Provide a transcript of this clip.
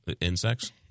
insects